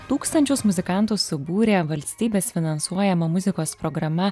tūkstančius muzikantų subūrė valstybės finansuojama muzikos programa